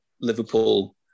Liverpool